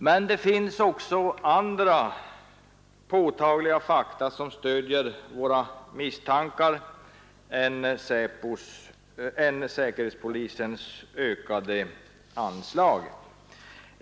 Det finns emellertid också andra påtagliga fakta som stöder våra misstankar än säkerhetspolisens ökade anslag.